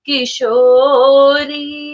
Kishori